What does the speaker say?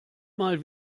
mal